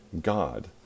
God